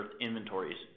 inventories